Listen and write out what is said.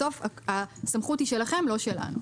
בסוף, הסמכות היא שלכם ולא שלנו.